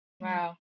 wow